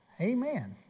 Amen